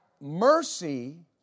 mercy